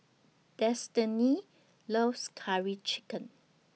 Destinee loves Curry Chicken